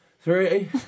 three